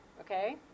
Okay